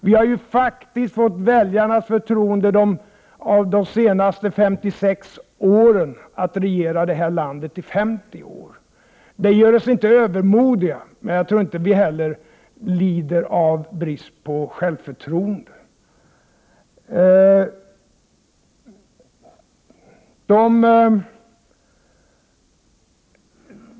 Under de senaste 56 åren har vi ; faktiskt haft väljarnas förtroende att regera i landet i 50 år. Det gör oss inte 2 övermodiga, men jag tror inte att vi heller lider av brist på självförtroende.